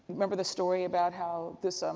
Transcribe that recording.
remember the story about how this,